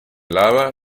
lava